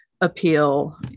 appeal